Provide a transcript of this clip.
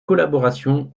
collaboration